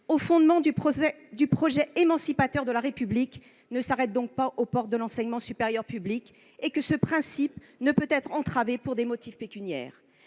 aux fondements du projet émancipateur de la République, ne s'arrête pas aux portes de l'enseignement supérieur public et que ce principe ne peut être entravé pour des motifs pécuniaires.